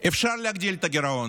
אני רוצה להגיד לך עוד משהו.